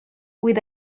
with